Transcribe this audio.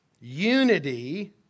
Unity